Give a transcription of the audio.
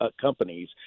companies